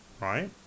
right